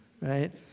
right